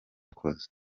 yakoze